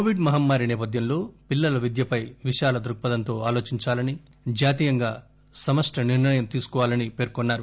Covid మహమ్మారి సేపధ్యంలో పిల్లల విద్యపై విశాల దృక్పథంతో ఆలోచించాలని జాతీయంగా సమిష్టి నిర్ణయం తీసుకోవాలని పేర్కొన్నారు